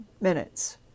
minutes